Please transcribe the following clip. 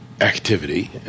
activity